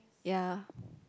ya